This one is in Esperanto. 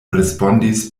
respondis